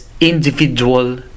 individual